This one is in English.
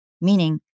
meaning